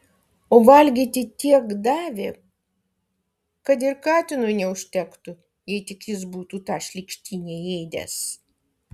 o valgyti tiek davė kad ir katinui neužtektų jei tik jis būtų tą šlykštynę ėdęs